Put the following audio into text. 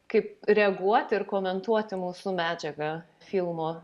kaip reaguoti ir komentuoti mūsų medžiagą filmo